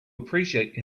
appreciate